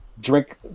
drink